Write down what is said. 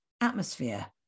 atmosphere